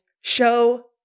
show